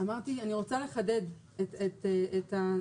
אמרתי שאני רוצה לחדד את המצב.